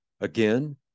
Again